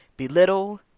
belittle